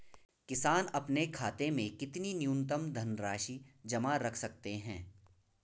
किसान अपने खाते में कितनी न्यूनतम धनराशि जमा रख सकते हैं?